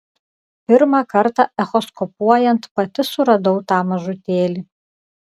pirmą kartą echoskopuojant pati suradau tą mažutėlį